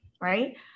right